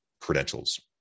credentials